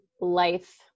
life